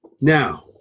now